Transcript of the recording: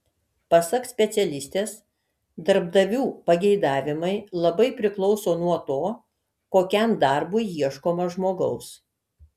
pasak specialistės darbdavių pageidavimai labai priklauso nuo to kokiam darbui ieškoma žmogaus